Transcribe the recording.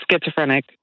schizophrenic